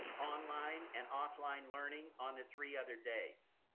online and offline learning on the three other days.